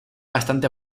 bastante